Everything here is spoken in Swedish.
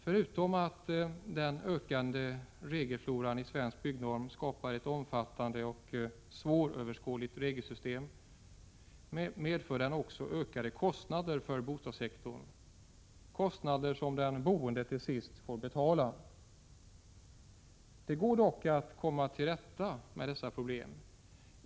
Förutom att den ökande regelfloran i Svensk byggnorm skapar ett omfattande och svåröverskådligt regelsystem medför den också ökade kostnader för bostadssektorn — kostnader som den boende till sist får betala. Det går dock att komma till rätta med dessa problem.